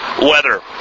weather